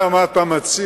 אני יודע מה אתה מציע.